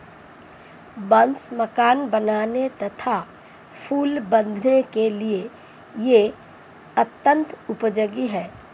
बांस मकान बनाने तथा पुल बाँधने के लिए यह अत्यंत उपयोगी है